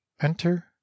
Enter